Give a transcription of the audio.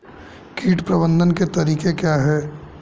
कीट प्रबंधन के तरीके क्या हैं?